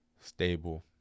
stable